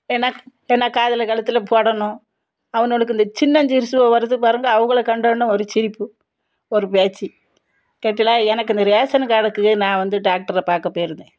ஏன்னா ஏன்னா காதில் கழுத்தில் போடணும் அவனுவோலுக்கு இந்த சின்ன சிறுசுவ வருது பாருங்கள் அவகள கண்டோன ஒரு சிரிப்பு ஒரு பேச்சு கேட்டியலா எனக்கு இந்த ரேஷன் கார்டுக்கு நான் வந்து டாக்டரை பார்க்க போயிருந்தேன்